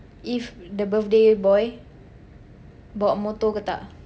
if the birthday boy bawa motor ke tak